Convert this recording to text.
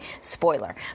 spoiler